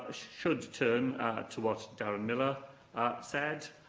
should turn to what darren millar said.